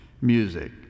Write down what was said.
music